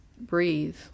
breathe